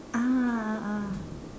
ah ah ah